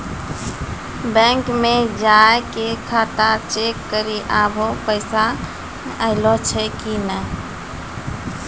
bank मे जाय के खाता चेक करी आभो पैसा अयलौं कि नै